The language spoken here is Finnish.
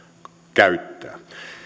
käyttää